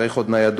צריך עוד ניידות,